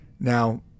Now